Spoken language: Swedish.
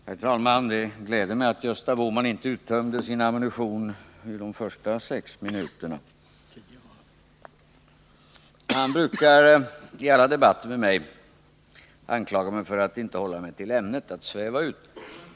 Herr talman! Det gläder mig att Gösta Bohman inte uttömde sin ammunition under de första sex minuterna. Han brukar i alla debatter med mig anklaga mig för att inte hålla mig till ämnet, för att sväva ut.